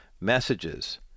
messages